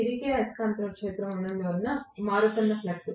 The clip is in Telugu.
తిరిగే అయస్కాంత క్షేత్రం ఉన్నందున ఇది మారుతున్న ఫ్లక్స్